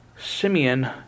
Simeon